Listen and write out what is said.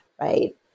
right